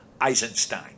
Eisenstein